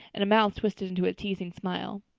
and a mouth twisted into a teasing smile.